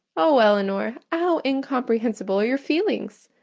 oh, elinor, how incomprehensible are your feelings!